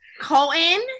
Colton